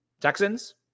Texans